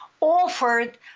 offered